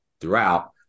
throughout